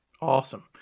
Awesome